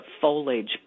foliage